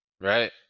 Right